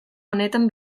honetan